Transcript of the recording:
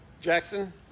Jackson